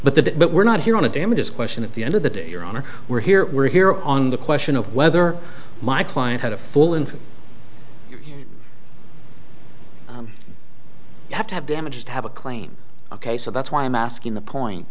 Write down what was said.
but the but we're not here on the damages question at the end of the day your honor we're here we're here on the question of whether my client had a full and you have to have damaged have a claim ok so that's why i'm asking the point